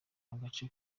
agace